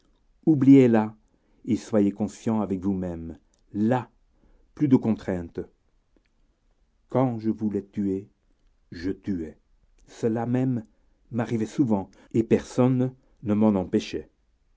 oubliez la et soyez conséquents avec vous-mêmes là plus de contrainte quand je voulais tuer je tuais cela même m'arrivait souvent et personne ne m'en empêchait